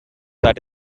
that